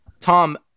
Tom